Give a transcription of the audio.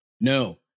no